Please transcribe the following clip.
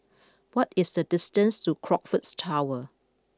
what is the distance to Crockfords Tower